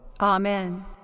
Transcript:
Amen